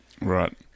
right